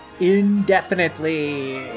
Indefinitely